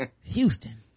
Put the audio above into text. Houston